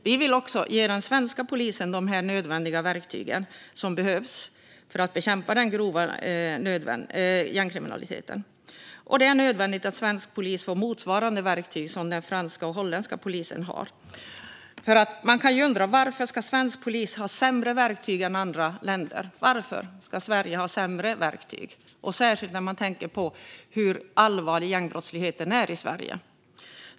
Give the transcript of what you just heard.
Vi vill ge också den svenska polisen de nödvändiga verktygen för att bekämpa den grova gängkriminaliteten. Det är nödvändigt att svensk polis får motsvarande verktyg som den franska och holländska polisen har. Man kan ju undra varför svensk polis ska ha sämre verktyg än andra länder, särskilt med tanke på hur allvarlig gängbrottsligheten är i Sverige.